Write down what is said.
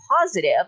positive